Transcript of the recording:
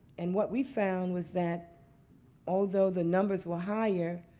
and what we found was that although the numbers were higher,